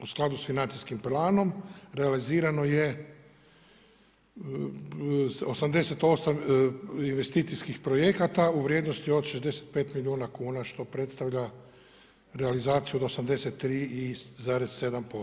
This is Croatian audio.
U skladu sa financijskim planom, realizirano je 88 investicijskih projekata u vrijednosti od 65 milijuna kuna, što predstavlja realizaciju od 83,7%